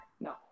No